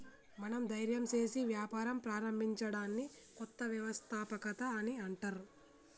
మనం ధైర్యం సేసి వ్యాపారం ప్రారంభించడాన్ని కొత్త వ్యవస్థాపకత అని అంటర్